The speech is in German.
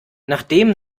nachdem